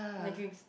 in my dreams